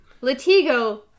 Latigo